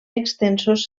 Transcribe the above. extensos